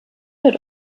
wird